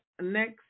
next